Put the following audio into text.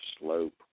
slope